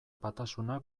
batasuna